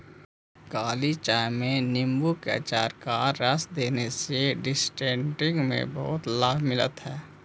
काली चाय में नींबू के अचार का रस देने से डिसेंट्री में बहुत लाभ मिलल हई